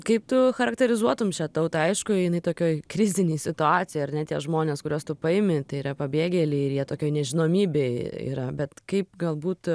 kaip tu charakterizuotum šią tautą aišku jinai tokioj krizinėj situacijoj ar ne tie žmonės kuriuos tu paimi tai yra pabėgėliai ir jie tokioj nežinomybėj yra bet kaip galbūt